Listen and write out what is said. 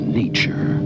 nature